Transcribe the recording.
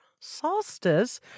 solstice